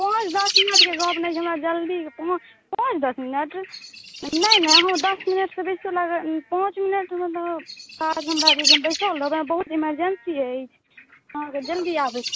पाँच दस मिनटके गप्प नहि छै हमरा जल्दी पाँच दस मिनट नहि नहि दस मिनटसँ बेसिओ लागै पाँच मिनट मतलब काज हम बैसल रहबै हमरा बहुत इमर्जेन्सी अछि अहाँकेँ जल्दी आबैके